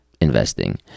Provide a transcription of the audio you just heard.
investing